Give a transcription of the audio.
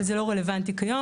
אבל זה לא רלוונטי כיום.